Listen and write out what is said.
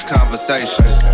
conversations